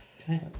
Okay